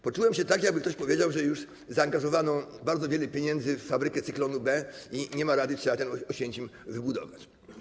Poczułem się tak, jakby ktoś powiedział, że już zaangażowano wiele pieniędzy w fabrykę cyklonu B i nie ma rady, trzeba ten Oświęcim wybudować.